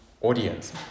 audience